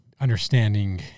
understanding